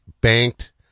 banked